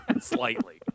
Slightly